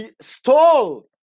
stole